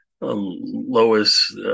Lois